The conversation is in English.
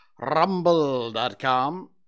Rumble.com